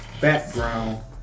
background